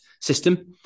system